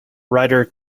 writer